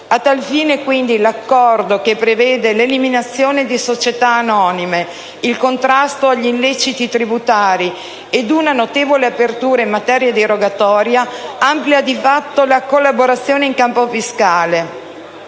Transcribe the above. A tal fine, l'accordo, che prevede l'eliminazione delle società anonime, il contrasto agli illeciti tributari e una notevole apertura in materia di rogatoria, amplia di fatto la collaborazione in campo fiscale,